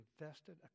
invested